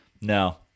No